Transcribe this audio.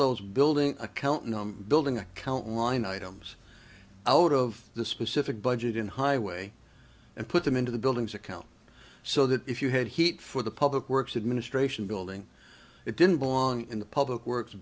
those building accounting building account line items out of the specific budget in highway and put them into the buildings account so that if you had heat for the public works administration building it didn't belong in the public works